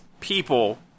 people